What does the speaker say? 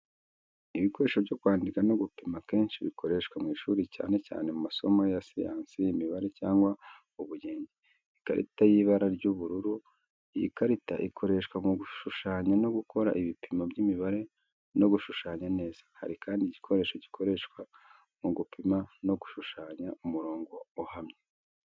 Ibikoresho byo kwandika no gupima akenshi bikoreshwa mu ishuri cyane cyane mu masomo ya siyansi, imibare, cyangwa ubugenge. Ikarita y'ibara ry'ubururu, iyi karita ikoreshwa mu gushushanya no gukora ibipimo by'imibare no gushushanya neza. Hari kandi igikoresho gikoreshwa mu gupima no gushushanya umurongo uhamye.